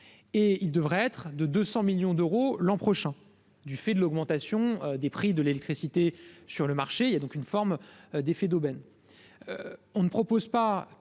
et il devrait être de 200 millions d'euros l'an prochain, du fait de l'augmentation des prix de l'électricité sur le marché, il y a donc une forme d'effet d'aubaine,